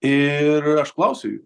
ir aš klausiu jų